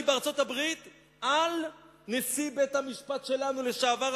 בארצות-הברית על נשיא בית-המשפט שלנו לשעבר,